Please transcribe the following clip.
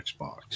Xbox